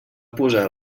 posar